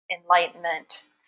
enlightenment